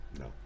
no